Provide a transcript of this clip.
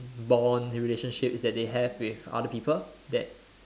bond in relationships that they have with other people that